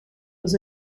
was